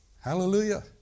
Hallelujah